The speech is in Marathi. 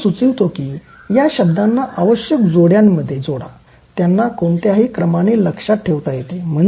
तो सुचवितो की या शब्दांना आवश्यक जोड्यांमध्ये जोडा त्यांना कोणत्याही क्रमाने लक्षात ठेवता येते